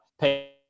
pay